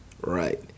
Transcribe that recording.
Right